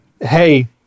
Hey